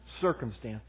circumstances